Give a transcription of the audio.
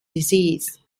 disease